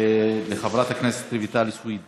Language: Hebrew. של חברת הכנסת רויטל סויד.